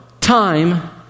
time